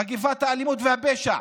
מגפת האלימות והפשע.